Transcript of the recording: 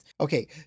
okay